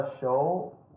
show